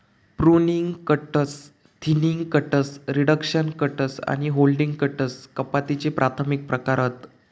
pruning cuts, thinning cuts, reduction cuts आणि heading cuts कपातीचे प्राथमिक प्रकार हत